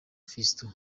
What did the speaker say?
fiston